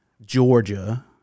Georgia